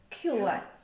cute [what]